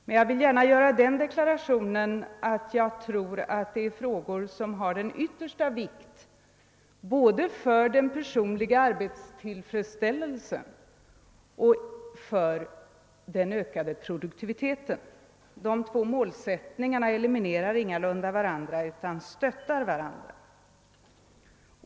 Jag vill dock gärna göra den deklarationen att det är frågor som har den yttersta vikt både för den personliga arbetstillfredsställelsen och för produktiviteten. Dessa två målsättningar eliminerar ingalunda varandra, utan de stöttar tvärtom varandra.